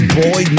boy